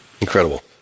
Incredible